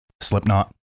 Slipknot